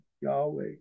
Yahweh